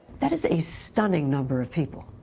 that is a stunning number of people,